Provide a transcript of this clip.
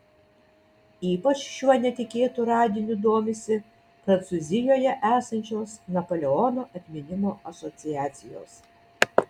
ypač šiuo netikėtu radiniu domisi prancūzijoje esančios napoleono atminimo asociacijos